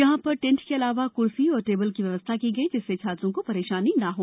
यहां पर टेंट के अलावा क्र्सी व टेबल की व्यवस्था की गई जिससे छात्रों को परेशानी ना हो